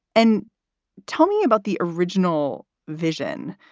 and tell me about the original vision.